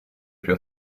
più